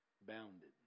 bounded